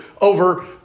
over